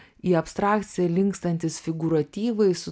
į abstrakciją linkstantys figūratyvai su